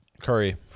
Curry